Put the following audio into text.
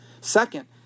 Second